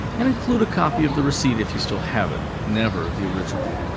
and include a copy of the receipt if you still have it never the original.